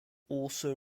also